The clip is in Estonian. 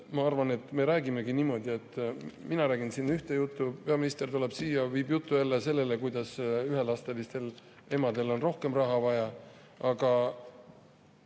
ma arvan, et me räägimegi niimoodi, et mina räägin siin ühte juttu, peaminister tuleb siia, viib jutu jälle sellele, kuidas ühe lapsega emadel on rohkem raha vaja. Aga